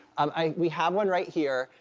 um ah we have one right here.